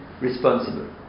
responsible